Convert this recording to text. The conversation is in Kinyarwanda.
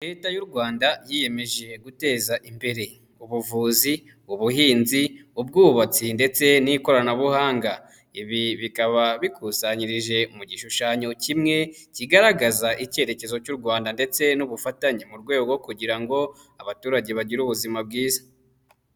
Leta y'u Rwanda yiyemeje guteza imbere ubuvuzi, ubuhinzi, ubwubatsi ndetse n'ikoranabuhanga, ibi bikaba bikusanyirije mu gishushanyo kimwe kigaragaza icyerekezo cy'u Rwanda ndetse n'ubufatanye mu rwego rwo kugira ngo abaturage bagire ubuzima bwiza.